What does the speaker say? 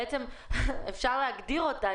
אפשר להגדיר אותה,